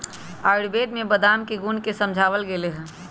आयुर्वेद में बादाम के गुण के समझावल गैले है